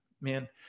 man